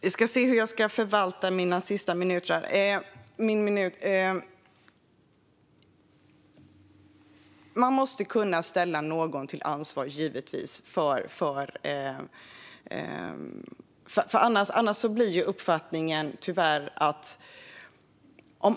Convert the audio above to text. Vi ska se hur jag ska förvalta min sista minut av talartiden. Man måste givetvis kunna ställa någon till ansvar.